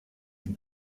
den